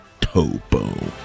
Topo